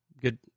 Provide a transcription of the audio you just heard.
good